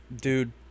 dude